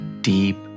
deep